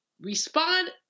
respond